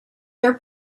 their